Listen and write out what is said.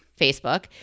Facebook